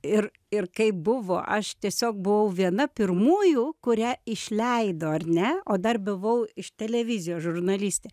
ir ir kaip buvo aš tiesiog buvau viena pirmųjų kurią išleido ar ne o dar buvau iš televizijos žurnalistė